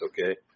okay